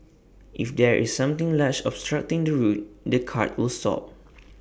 if there is something large obstructing the route the cart will stop